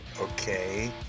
Okay